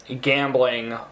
gambling